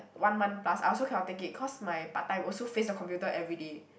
one month plus I also cannot take it cause my part-time also face the computer everyday